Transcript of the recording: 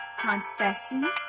confessing